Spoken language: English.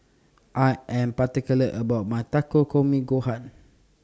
I Am particular about My Takikomi Gohan